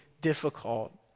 difficult